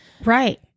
Right